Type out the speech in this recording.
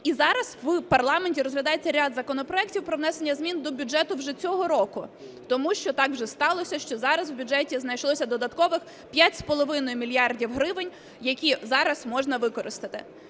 І зараз ви в парламенті розглядаєте ряд законопроектів про внесення змін до бюджету всього цього року, тому що так уже сталося, що зараз в бюджеті знайшлося додаткових 5,5 мільярда гривень, які зараз можна використати.